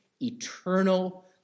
eternal